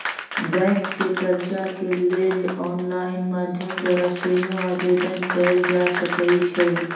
bank से कर्जा के लेल ऑनलाइन माध्यम द्वारा सेहो आवेदन कएल जा सकइ छइ